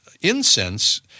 incense